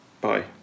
Bye